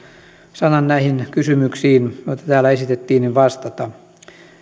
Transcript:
sanan näihin kysymyksiin joita täällä esitettiin vastata